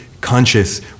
conscious